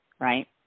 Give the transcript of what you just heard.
right